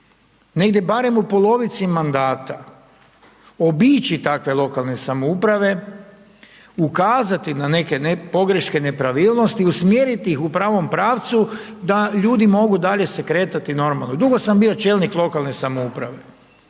negdje barem u polovici mandata obići takve lokalne samouprave, ukazati na neke pogreške, nepravilnosti, usmjeriti ih u pravom pravcu da ljudi mogu dalje se kretati normalno. I dugo sam bio čelnik lokalne samouprave